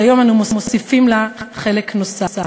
שהיום אנו מוסיפים לה חלק נוסף.